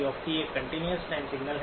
xc एक continuous time signal है